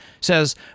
says